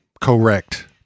Correct